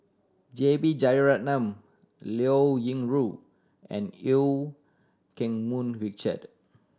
J B Jeyaretnam Liao Yingru and Eu Keng Mun Richard